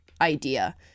idea